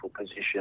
position